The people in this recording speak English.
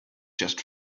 just